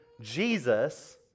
Jesus